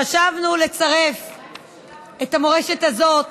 חשבנו לצרף את המורשת הזאת